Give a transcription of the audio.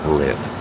live